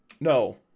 No